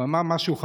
הוא אמר משהו חכם: